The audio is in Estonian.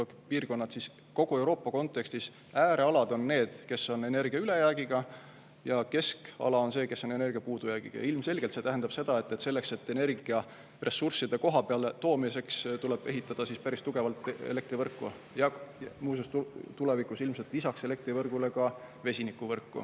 piirkonnad –, et kogu Euroopa kontekstis äärealad on need, kus on energia ülejääk, ja keskala on see, kus on energia puudujääk. Ja ilmselgelt see tähendab seda, et energiaressursside kohapeale toomiseks tuleb ehitada päris tugevalt elektrivõrku. Ja muuseas, tulevikus ilmselt lisaks elektrivõrgule ka vesinikuvõrku.